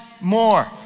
more